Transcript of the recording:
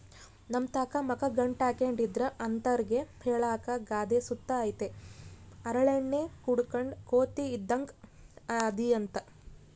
ನಮ್ತಾಕ ಮಕ ಗಂಟಾಕ್ಕೆಂಡಿದ್ರ ಅಂತರ್ಗೆ ಹೇಳಾಕ ಗಾದೆ ಸುತ ಐತೆ ಹರಳೆಣ್ಣೆ ಕುಡುದ್ ಕೋತಿ ಇದ್ದಂಗ್ ಅದಿಯಂತ